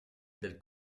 del